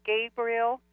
Gabriel